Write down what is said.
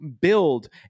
build